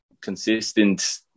consistent